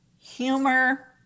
humor